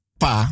pa